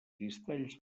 cristalls